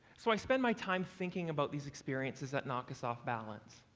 so i spend my time thinking about these experiences that knock us off balance.